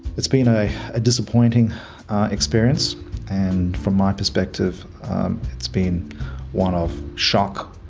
it's been a ah disappointing experience and from my perspective it's been one of shock.